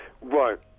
Right